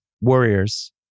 Warriors